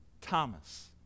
Thomas